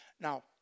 Now